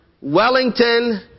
Wellington